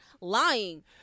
Lying